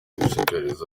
gushishikariza